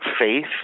faith